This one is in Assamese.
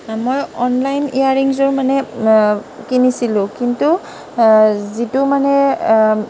মই অনলাইন ইয়াৰিঙযোৰ মানে কিনিছিলোঁ কিন্তু যিটো মানে